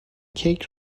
کیک